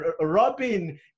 Robin